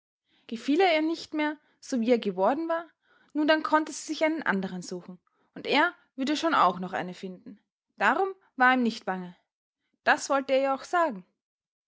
gefiel er ihr nicht mehr so wie er geworden war nun dann konnte sie sich einen anderen suchen und er würde schon auch noch eine finden darum war ihm nicht bange das wollte er ihr auch sagen